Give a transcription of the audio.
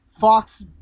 Fox